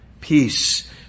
peace